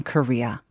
Korea